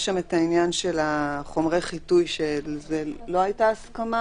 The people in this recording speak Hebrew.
לא הייתה הסכמה